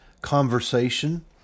conversation